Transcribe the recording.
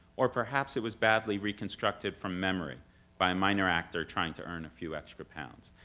or perhaps it was badly reconstructed from memory by a minor actor trying to earn a few extra pounds.